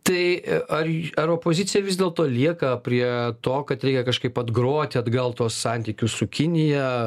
tai ar j ar opozicija vis dėlto lieka prie to kad reikia kažkaip atgroti atgal tuos santykius su kinija